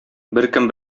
беркем